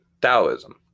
Taoism